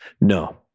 no